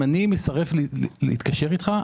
אם אני מסרב להתקשר איתך,